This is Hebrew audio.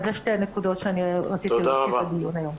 אז זה שתי נקודות שאני רציתי להוסיף לדיון היום.